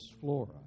Flora